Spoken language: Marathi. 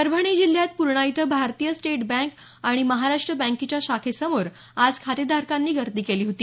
परभणी जिल्ह्यात पूर्णा इथं भारतीय स्टेट बँक आणि महाराष्ट बँकेच्या शाखेसमोर आज खातेधारकांनी गर्दी केली होती